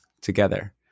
together